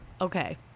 Okay